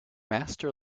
master